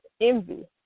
envy